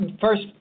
first